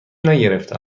نگرفته